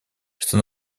что